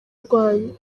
rwanyu